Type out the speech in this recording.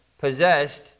possessed